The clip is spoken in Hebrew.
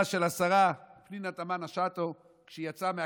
של השרה פנינה תמנו כשהיא יצאה מהכנסת,